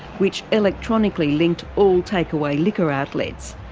which electronically linked all takeaway liquor outlets,